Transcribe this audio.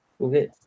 Okay